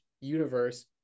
universe